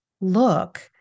look